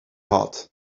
hot